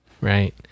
Right